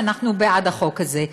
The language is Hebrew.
אנחנו בעד החוק הזה.